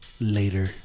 later